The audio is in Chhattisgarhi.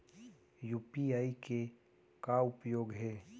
यू.पी.आई के का उपयोग हे?